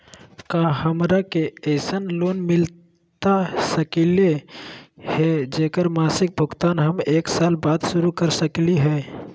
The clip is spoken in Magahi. का हमरा के ऐसन लोन मिलता सकली है, जेकर मासिक भुगतान हम एक साल बाद शुरू कर सकली हई?